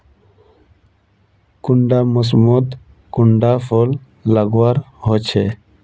कुंडा मोसमोत कुंडा फुल लगवार होछै?